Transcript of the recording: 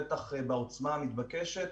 בטח לא בעוצמה המתבקשת,